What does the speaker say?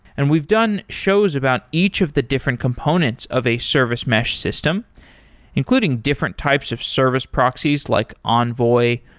and we've done shows about each of the different components of a service mesh system including different types of service proxies, like envoy.